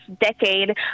decade